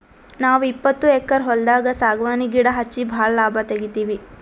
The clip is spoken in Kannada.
ನಾವ್ ಇಪ್ಪತ್ತು ಎಕ್ಕರ್ ಹೊಲ್ದಾಗ್ ಸಾಗವಾನಿ ಗಿಡಾ ಹಚ್ಚಿ ಭಾಳ್ ಲಾಭ ತೆಗಿತೀವಿ